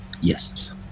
Yes